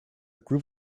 group